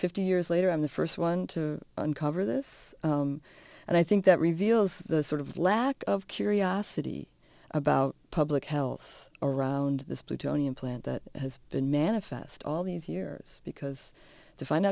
fifty years later i'm the first one to uncover this and i think that reveals the sort of lack of curiosity about public health around this plutonium plant that has been manifest all these years because to find